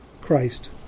Christ